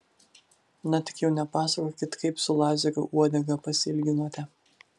na tik jau nepasakokit kaip su lazeriu uodegą pasiilginote